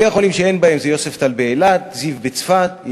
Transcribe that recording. בתי-החולים שאין בהם זה יוספטל באילת, זיו בצפת,